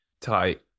tight